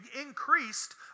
increased